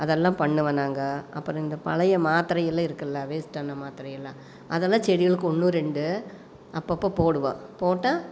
அதெல்லாம் பண்ணுவேன் நாங்கள் அப்புறம் இந்த பழைய மாத்திரைகள்லாம் இருக்குதுல்ல வேஸ்ட்டான மாத்திரைகள்லாம் அதெல்லாம் செடிகளுக்கு ஒன்று ரெண்டு அப்பப்போ போடுவோம் போட்டால்